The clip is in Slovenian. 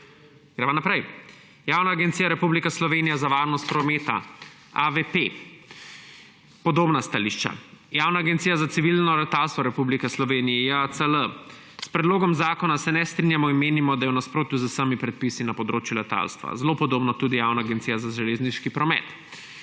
Gremo naprej. Javna agencija Republike Slovenije za varnost prometa, AVP ‒ podobna stališča. Javna agencija za civilno letalstvo Republike Slovenije, JACL: »S predlogom zakona se ne strinjamo in menimo, da je v nasprotju z vsemi predpisi na področju letalstva.« Zelo podobno tudi Javna agencija za železniški promet.